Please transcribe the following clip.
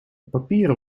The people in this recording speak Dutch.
papieren